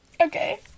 okay